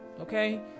okay